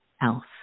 else